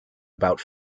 about